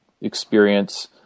experience